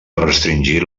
restringir